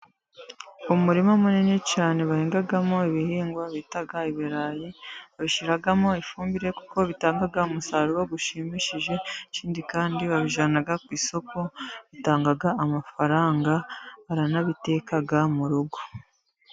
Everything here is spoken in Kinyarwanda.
Umurima munini cyane bahingamo ibihingwa bita ibirayi, bashyiramo ifumbire kuko bitanga umusaruro ushimishije, ikindi kandi babijyana ku isoko bitanga amafaranga baranabiteka mu rugo.